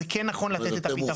זה כן נכון לתת את הפתרון.